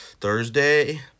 Thursday